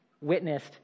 witnessed